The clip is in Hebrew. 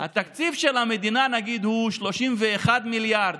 התקציב של המדינה הוא נגיד 31 מיליארד,